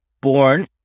born